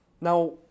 Now